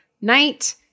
night